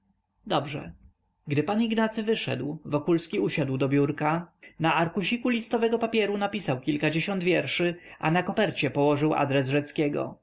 dobrze gdy pan ignacy wyszedł wokulski usiadł do biurka na arkusiku listowego papieru napisał kilkadziesiąt wierszy a na kopercie położył adres